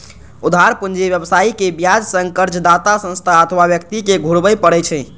उधार पूंजी व्यवसायी कें ब्याज संग कर्जदाता संस्था अथवा व्यक्ति कें घुरबय पड़ै छै